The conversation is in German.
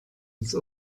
ins